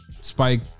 spike